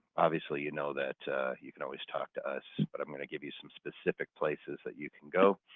obviously you know that you can always talk to us, but i'm going to give you some specific places that you can go,